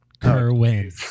Kerwin